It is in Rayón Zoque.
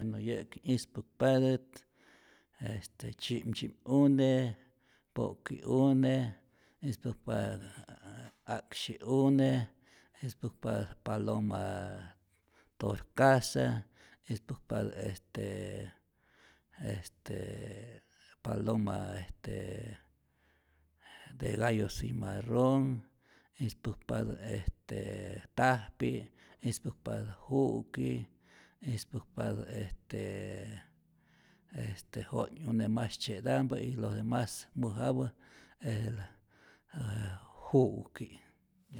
Bueno yä'ki ispäkpatät este tzyi'mtzyi'm'une', po'ki'une', ispäkpatät a a a'ksyi'une, ispäkpatät paloma torcasa, ispäkpatä estee estee paloma estee de gallo cimarron, ispäkpatä estee tajpi, ispäkpatä ju'ki, ispäkpatä est jo'nyune mas tzye'ta'mpä y lo demas mäjapä es de la jää ju'ki.